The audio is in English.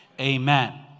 amen